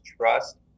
trust